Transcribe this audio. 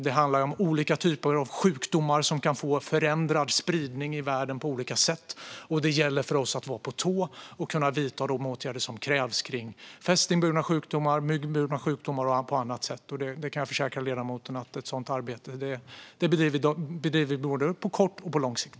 Det handlar om olika typer av sjukdomar som kan få förändrad spridning i världen på olika sätt, och det gäller för oss att vara på tårna och kunna vidta de åtgärder som krävs mot fästingburna och myggburna sjukdomar och på annat sätt. Jag kan försäkra ledamoten att vi bedriver ett sådant arbete på både kort och lång sikt.